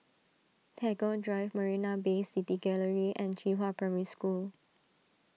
Tagore Drive Marina Bay City Gallery and Qihua Primary School